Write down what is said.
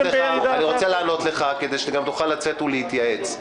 אני רוצה לענות לך כדי שתוכל לצאת ולהתייעץ.